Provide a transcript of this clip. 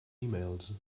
emails